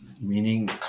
meaning